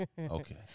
Okay